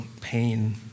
pain